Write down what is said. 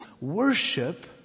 worship